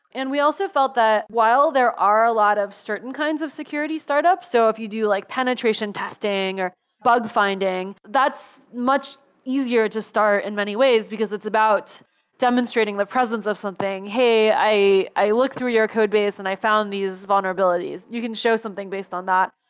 and we also felt that while there are a lot of certain kinds of security startups, so if you do like penetration testing, or bug finding, that's much easier to start in many ways, because it's about demonstrating the presence of something, hey, i i looked through your codebase and i found these vulnerabilities. you can show something based on that.